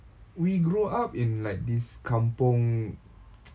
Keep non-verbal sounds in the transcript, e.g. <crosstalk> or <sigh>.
we grew up in like this kampung <noise>